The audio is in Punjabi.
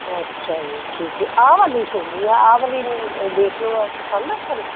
ਅੱਛਾ ਜੀ ਠੀਕ ਹੈ ਆਹ ਵਾਲੀ ਸੋਹਣੀ ਆ ਆਹ ਵਾਲੀ ਦੇਖ ਲਓ ਪਸੰਦ ਆ ਤੁਹਾਨੂੰ